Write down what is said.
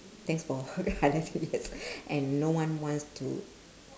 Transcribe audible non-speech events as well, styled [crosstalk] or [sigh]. that's for h~ [laughs] her last few years and no one wants to